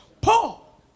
Paul